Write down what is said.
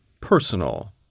personal